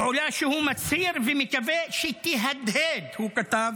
פעולה שהוא מצהיר ומקווה שתהדהד, הוא כתב,